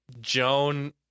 Joan